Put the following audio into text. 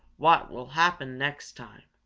what will happen next time.